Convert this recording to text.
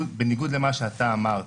בניגוד למה שאמרת.